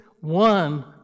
one